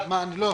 לא הבנתי.